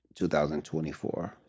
2024